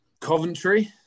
Coventry